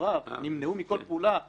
סנגוריו נמנעו מכל פעולה שתגיד: